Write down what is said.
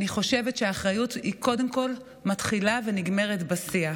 אני חושבת שהאחריות קודם כול מתחילה ונגמרת בשיח.